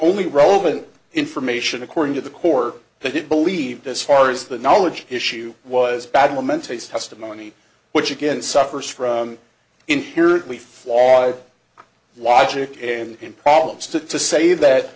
only relevant information according to the corps that it believed as far as the knowledge issue was badly mentees testimony which again suffers from inherently flawed logic and problems to to say that